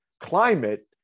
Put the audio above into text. Climate